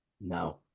No